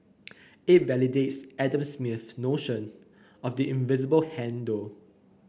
it validates Adam Smith's notion of the invisible hand though